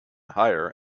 hire